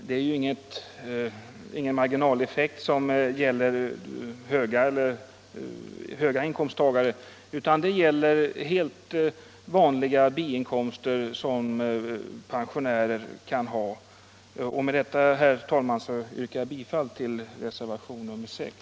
Det är ju inga marginaleffekter som gäller höga inkomsttagare utan det är fråga om helt vanliga biinkomster som pensionärer kan ha. Herr talman! Med det anförda yrkar jag bifall till reservationen 6.